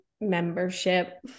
membership